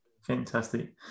fantastic